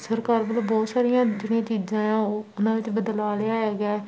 ਸਰਕਾਰ ਵੱਲੋਂ ਬਹੁਤ ਸਾਰੀਆਂ ਜਿਹੜੀਆਂ ਚੀਜ਼ਾਂ ਆ ਉਹ ਉਹਨਾਂ ਵਿੱਚ ਬਦਲਾਅ ਲਿਆਇਆ ਗਿਆ ਹੈ